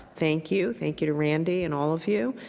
thank you thank you to randy and all of you.